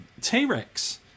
T-Rex